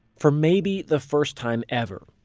for maybe the first time ever,